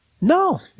No